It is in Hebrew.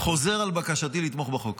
--- חוזר על בקשתי לתמוך בחוק.